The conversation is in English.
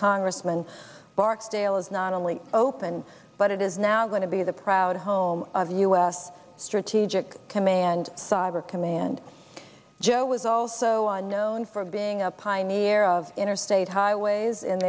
congressman barksdale is not only opened but it is now going to be the proud home of u s strategic command cyber command joe was also on known for being a pioneer of interstate highways in